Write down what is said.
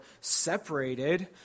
separated